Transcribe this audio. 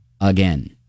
again